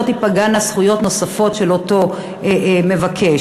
תיפגענה זכויות נוספות של אותו מבקש.